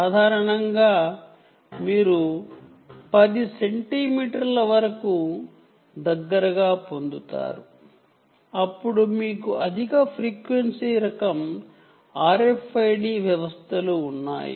సాధారణంగా మీరు 10 సెంటీమీటర్ల వరకు లేదా 10 సెంటీమీటర్లకు దగ్గరగా పొందుతారు అప్పుడు మీకు హై ఫ్రీక్వెన్సీ రకం RFID వ్యవస్థలు ఉన్నాయి